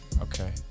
Okay